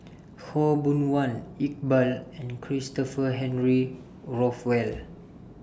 Khaw Boon Wan Iqbal and Christopher Henry Rothwell